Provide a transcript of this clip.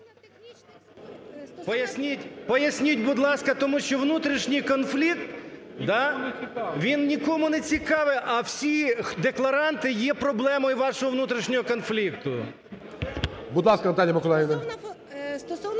Поясніть, будь ласка. Тому що внутрішній конфлікт він нікому не цікавий. А всі декларанти є проблемою вашого внутрішнього конфлікту. ГОЛОВУЮЧИЙ. Будь ласка, Наталія Миколаївна.